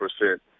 percent